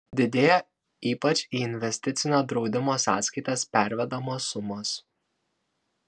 didėja ypač į investicinio draudimo sąskaitas pervedamos sumos